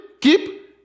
keep